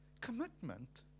commitment